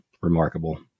remarkable